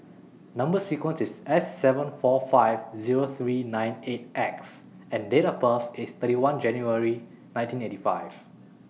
Number sequence IS S seven four five Zero three nine eight X and Date of birth IS thirty one January nineteen eighty five